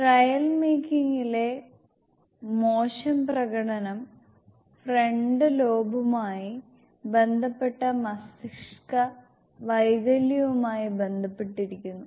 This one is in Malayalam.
ട്രയൽ മേക്കിങ്ങിലെ മോശം പ്രകടനം ഫ്രണ്ട് ലോബുമായി ബന്ധപ്പെട്ട മസ്തിഷ്ക വൈകല്യവുമായി ബന്ധപ്പെട്ടിരിക്കുന്നു